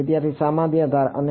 વિદ્યાર્થી સામાન્ય ધાર અને